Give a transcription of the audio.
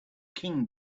king